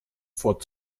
vor